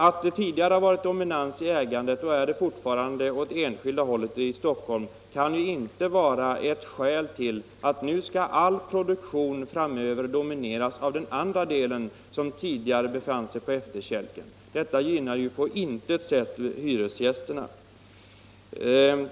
Att det tidigare har varit dominans i ägandet och är det fortfarande åt det enskilda hållet i Stockholm kan inte vara ett skäl till att all produktion framöver skall domineras av den andra delen, som tidigare befann sig på efterkälken. Det gynnar på intet sätt hyresgästerna.